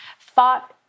thought